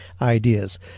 ideas